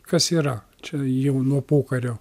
kas yra čia jau nuo pokario